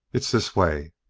it's this way.